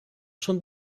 schon